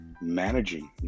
managing